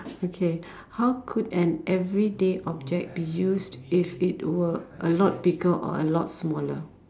okay how could an everyday object be used if it were a lot bigger or a lot smaller